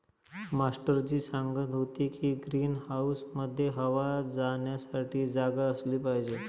master ji सांगत होते की ग्रीन हाऊसमध्ये हवा जाण्यासाठी जागा असली पाहिजे